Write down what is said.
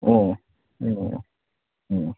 ꯑꯣ ꯑꯣ ꯑꯣ